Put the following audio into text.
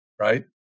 right